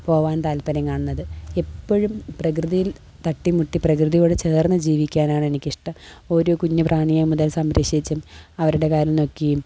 പോവാൻ താൽപ്പര്യം കാണുന്നത് എപ്പോഴും പ്രകൃതിയിൽ തട്ടി മുട്ടി പ്രകൃതിയോട് ചേർന്ന് ജീവിക്കാനാണെനിക്കിഷ്ടം ഓരോ കുഞ്ഞ് പ്രാണിയും മുതൽ സംരക്ഷിച്ചും അവരുടെ കാര്യം നോക്കിയും